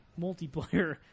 multiplayer